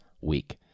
week